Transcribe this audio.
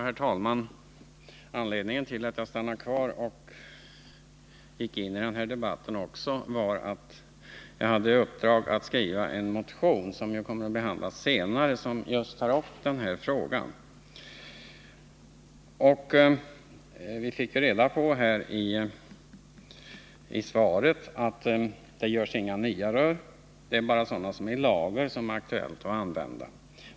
Herr talman! Anledningen till att jag stannade kvar och gick in i denna debatt var att jag har haft i uppdrag att skriva en motion som kommer att behandlas senare. Den tar just upp denna fråga. Vi har i svaret fått reda på att inga nya asbeströr tillverkas. Bara sådana som finns på lager är aktuella att använda.